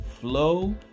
flow